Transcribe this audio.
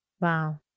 Wow